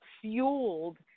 fueled